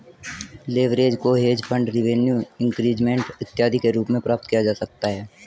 leverage को hedge fund revenue increment इत्यादि के रूप में प्राप्त किया जा सकता है